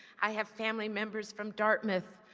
i have family members from dartmouth,